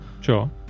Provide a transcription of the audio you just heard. Sure